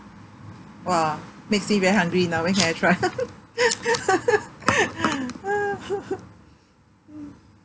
!wah! makes me very hungry now when can I try